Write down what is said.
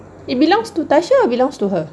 it belongs to tasha or belongs to her